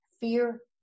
fear